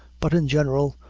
but, in general,